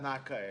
מתנה כאלה.